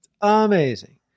amazing